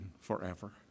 forever